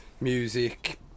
Music